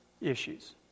issues